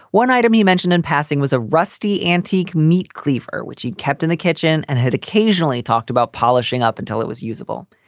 one item he mentioned in passing was a rusty antique meat cleaver which he'd kept in the kitchen and had occasionally talked about polishing up until it was usable.